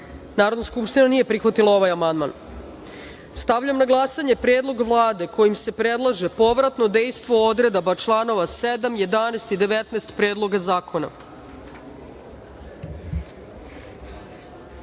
skupština nije prihvatila ovaj amandman. Stavljam na glasanje predlog Vlade kojim se predlaže povratno dejstvo odredaba članova 7, 11. i 19. Predloga